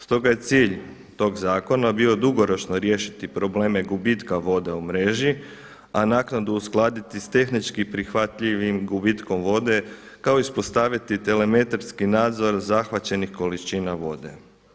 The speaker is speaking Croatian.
Stoga je cilj tog zakona bio dugoročno riješiti probleme gubitka vode u mreži, a naknadu uskladiti s tehničkim prihvatljivijim gubitkom vode kao ispostaviti telemetarski nadzor zahvaćenih količina vode.